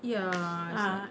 ya it's like